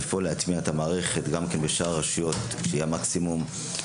לפעול להטמעת המערכת גם בשאר הרשויות ושיהיה המקסימום.